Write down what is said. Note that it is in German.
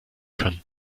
können